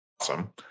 Awesome